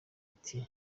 ati